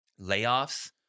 layoffs